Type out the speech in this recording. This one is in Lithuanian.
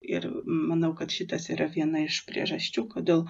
ir manau kad šitas yra viena iš priežasčių kodėl